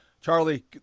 Charlie